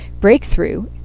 Breakthrough